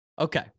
Okay